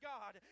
God